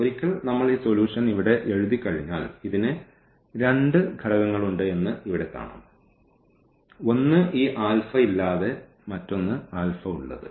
ഒരിക്കൽ നമ്മൾ ഈ സൊലൂഷൻ ഇവിടെ എഴുതിക്കഴിഞ്ഞാൽ ഇതിന് രണ്ട് ഘടകങ്ങളുണ്ട് എന്ന് ഇവിടെ കാണാം ഒന്ന് ഈ ഇല്ലാതെ മറ്റൊന്ന് ഉള്ളത്